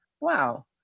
wow